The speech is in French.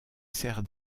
sert